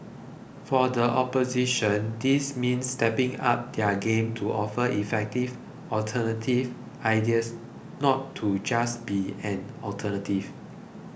for the opposition this means stepping up their game to offer effective alternative ideas not to just be an alternative